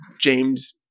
james